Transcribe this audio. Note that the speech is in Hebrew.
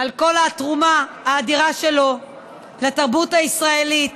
על כל התרומה האדירה שלו לתרבות הישראלית